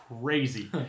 crazy